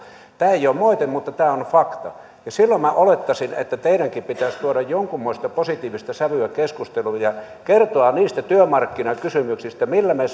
tämä ei ole moite mutta tämä on fakta ja silloin minä olettaisin että teidänkin pitäisi tuoda jonkinmoista positiivista sävyä keskusteluun ja kertoa niistä työmarkkinakysymyksistä millä me